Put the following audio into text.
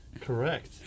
Correct